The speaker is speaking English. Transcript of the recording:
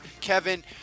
Kevin